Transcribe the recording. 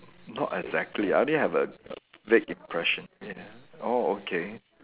not exactly I only have a a vague impression ya oh okay